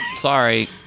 Sorry